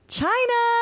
china